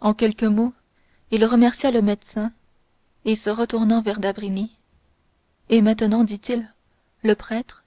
en quelques mots il remercia le médecin et se retournant vers d'avrigny et maintenant dit-il le prêtre